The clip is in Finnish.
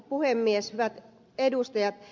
hyvät edustajat